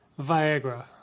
Viagra